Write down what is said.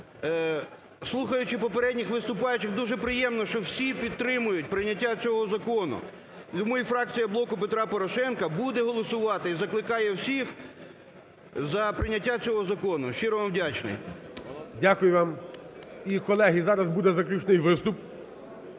слухаючи попередніх виступаючих, дуже приємно, що всі підтримують прийняття цього закону. Тому і фракція "Блоку Петра Порошенка" буде голосувати і закликає всіх за прийняття цього закону. Щиро вам вдячний. ГОЛОВУЮЧИЙ. Дякую вам. І, колеги, зараз буде заключний виступ